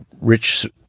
rich